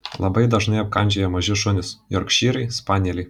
labai dažnai apkandžioja maži šunys jorkšyrai spanieliai